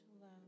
love